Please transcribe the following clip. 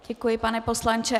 Děkuji, pane poslanče.